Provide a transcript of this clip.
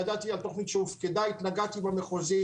ידעתי על תכנית שהופקדה, התנגדתי במחוזית.